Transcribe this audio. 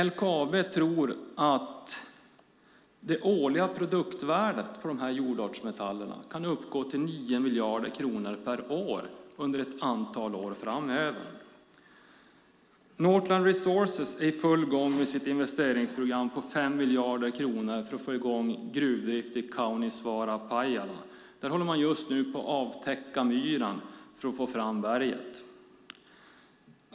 LKAB tror att det årliga produktvärdet på dessa jordartsmetaller kan uppgå till 9 miljarder kronor under ett antal år framöver. Northland Resources är i full gång med sitt investeringsprogram på 5 miljarder kronor för att få i gång gruvdrift i Kaunisvaara, Pajala. Där håller man just nu på att avtäcka myran för att få fram berget.